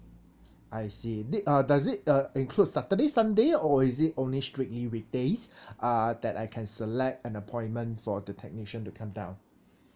I see di~ uh does it uh include saturday sunday or is it only strictly weekdays uh that I can select an appointment for the technician to come down